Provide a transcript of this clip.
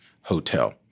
Hotel